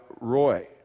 Roy